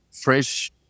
fresh